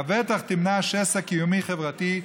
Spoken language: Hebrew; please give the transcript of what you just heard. לבטח תמנע שסע קיומי חברתי,